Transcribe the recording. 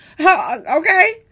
Okay